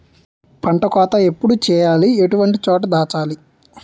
పంట కోత ఎప్పుడు చేయాలి? ఎటువంటి చోట దాచాలి?